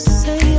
say